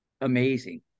amazing